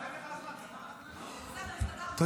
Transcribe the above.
בסדר?